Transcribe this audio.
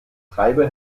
treiber